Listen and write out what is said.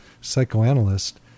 psychoanalyst